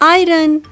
iron।